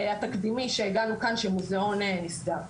התקדימי שהגענו כאן שמוזיאון נסגר.